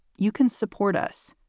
you can support us,